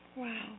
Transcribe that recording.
Wow